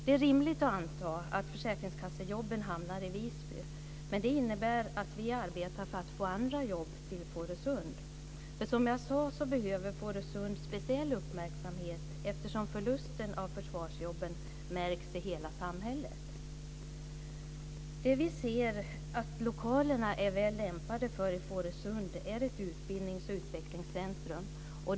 Det är rimligt att anta att försäkringskassejobben hamnar i Visby, men det innebär att vi arbetar för att få andra jobb till Fårösund. För som jag sade behöver Fårösund speciell uppmärksamhet eftersom förlusten av försvarsjobben märks i hela samhället. Vi anser att lokalerna i Fårösund är väl lämpade för ett utbildnings och utvecklingscentrum.